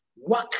work